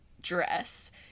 dress